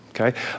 okay